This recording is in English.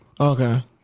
okay